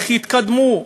איך יתקדמו,